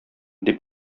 дип